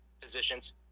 positions